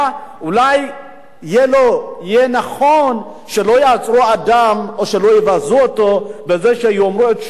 אולי יהיה נכון שלא יעצרו או שלא יבזו אותו בזה שיאמרו את שמו,